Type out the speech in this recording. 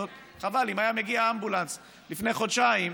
חבל, אם היה מגיע אמבולנס לפני חודשיים,